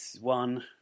one